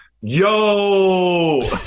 yo